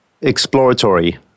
exploratory